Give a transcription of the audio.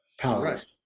powerless